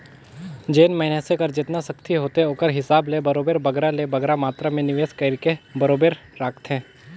जेन मइनसे कर जेतना सक्ति होथे ओकर हिसाब ले बरोबेर बगरा ले बगरा मातरा में निवेस कइरके बरोबेर राखथे